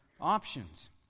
options